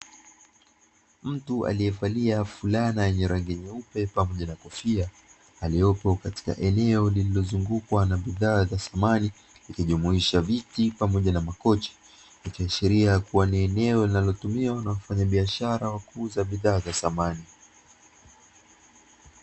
Mtu aliyevalia fulana yenye rangi nyeupe pamoja na kofia, aliyopo katika eneo lililozungukwa na bidhaa za samani, ikijumuisha viti pamoja na makochi, ikiashira kuwa ni eneo linalotumiwa na wafanyabiashara wa kuuza bidhaa za samani.